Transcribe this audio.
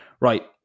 right